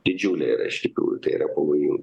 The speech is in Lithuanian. didžiulė yra iš tikrųjų tai yra pavojin